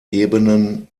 ebenen